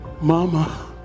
mama